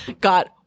got